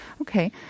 Okay